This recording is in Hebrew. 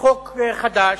חוק חדש,